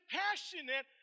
passionate